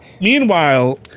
meanwhile